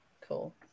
Cool